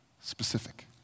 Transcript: specific